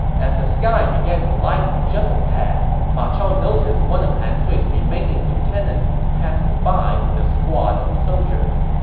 as the sky began to lighten just a tad, ma chao noticed one of han sui's remaining lieutenants passing by with a squad of soldiers.